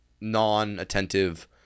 non-attentive